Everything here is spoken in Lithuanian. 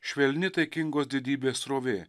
švelni taikingos didybės srovė